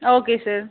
okay sir